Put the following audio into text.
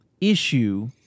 issue